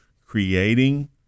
creating